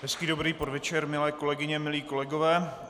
Hezký dobrý podvečer, milé kolegyně, milí kolegové.